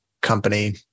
company